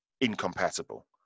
incompatible